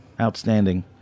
Outstanding